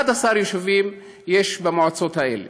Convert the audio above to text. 11 יישובים יש במועצות האלה.